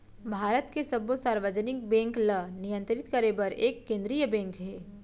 भारत के सब्बो सार्वजनिक बेंक ल नियंतरित करे बर एक केंद्रीय बेंक हे